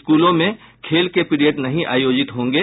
स्कूलों में खेल के पीरियड नहीं आयोजित होंगे